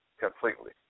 completely